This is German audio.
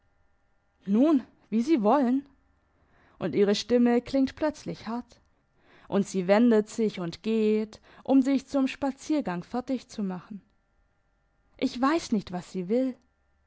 nun wie sie wollen und ihre stimme klingt plötzlich hart und sie wendet sich und geht um sich zum spaziergang fertig zu machen ich weiss nicht was sie will